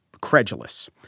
credulous